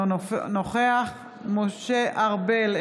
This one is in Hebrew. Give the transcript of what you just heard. אינו נוכח משה ארבל,